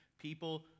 People